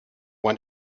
want